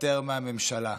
התפטר מהממשלה.